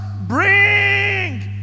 bring